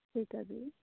ਠੀਕ ਹੈ ਜੀ